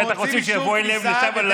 הם בטח רוצים שיבואו אליהם לשם,